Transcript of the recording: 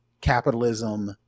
capitalism